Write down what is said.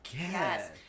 Yes